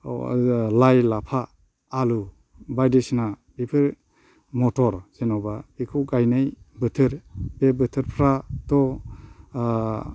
लाइ लाफा आलु बायदिसिना बेफोर मथर जेनेबा बेखौ गायनाय बोथोर बे बोथोरफ्राथ'